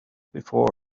before